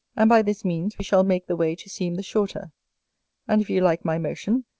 and by this means we shall make the way to seem the shorter and if you like my motion,